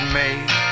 made